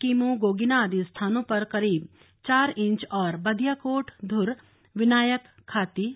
किम गोगिना आदि स्थानों पर करीब चार इंच और बदियाकोट ध्र विनायक खाती